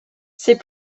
ces